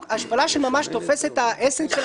הניסוח "השפלה של ממש" תופס את האסנס של